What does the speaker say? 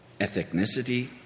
ethnicity